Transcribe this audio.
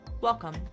Welcome